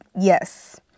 yes